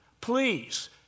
Please